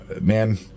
man